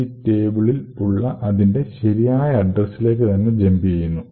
PLT ടേബിളിൽ ഉള്ള അതിന്റെ ശരിയായ അഡ്രെസ്സിലേക്ക്തന്നെ ജംപ് ചെയ്യുന്നു